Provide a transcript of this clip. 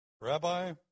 Rabbi